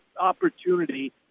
opportunity